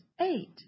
Eight